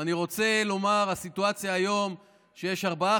אני רוצה לומר שהסיטואציה היום היא שיש ארבעה